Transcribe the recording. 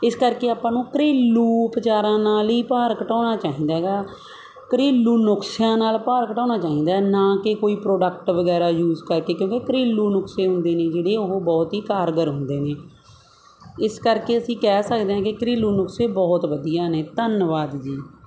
ਇਸ ਕਰਕੇ ਆਪਾਂ ਨੂੰ ਘਰੇਲੂ ਉਪਚਾਰਾਂ ਨਾਲ ਹੀ ਭਾਰ ਘਟਾਉਣਾ ਚਾਹੀਦਾ ਹੈਗਾ ਘਰੇਲੂ ਨੁਸਖਿਆਂ ਨਾਲ ਭਾਰ ਘਟਾਉਣਾ ਚਾਹੀਦਾ ਨਾ ਕਿ ਕੋਈ ਪ੍ਰੋਡਕਟ ਵਗੈਰਾ ਯੂਜ਼ ਕਰਕੇ ਕਿਉਂਕਿ ਘਰੇਲੂ ਨੁਸਖੇ ਹੁੰਦੇ ਨੇ ਜਿਹੜੇ ਉਹ ਬਹੁਤ ਹੀ ਕਾਰਗਰ ਹੁੰਦੇ ਨੇ ਇਸ ਕਰਕੇ ਅਸੀਂ ਕਹਿ ਸਕਦੇ ਹਾਂ ਕਿ ਘਰੇਲੂ ਨੁਸਖੇ ਬਹੁਤ ਵਧੀਆ ਨੇ ਧੰਨਵਾਦ ਜੀ